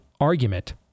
argument